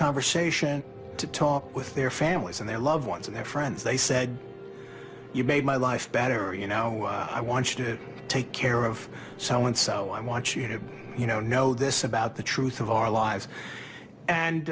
conversation to talk with their families and their loved ones and their friends they said you made my life better you know i watched it take care of someone so i want you to you know know this about the truth of our lives and